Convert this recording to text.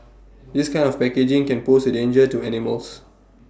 this kind of packaging can pose A danger to animals